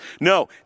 No